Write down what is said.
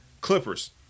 Clippers